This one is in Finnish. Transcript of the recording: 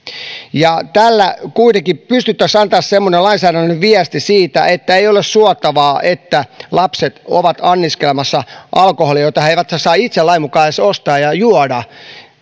tällä kuitenkin pystyttäisiin antamaan semmoinen lainsäädännöllinen viesti siitä että ei ole suotavaa että lapset ovat anniskelemassa alkoholia jota he eivät saa itse lain mukaan edes ostaa ja juoda